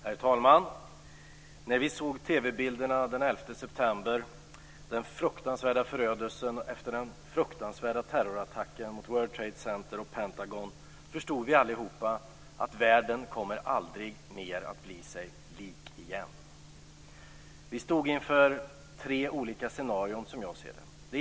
Herr talman! När vi såg TV-bilderna den 11 september av den fruktansvärda förödelsen efter den fruktansvärda terrorattacken mot World Trade Center och Pentagon förstod vi allihop att världen aldrig mer kommer att bli sig lik igen. Vi stod inför tre olika scenarier, som jag ser det.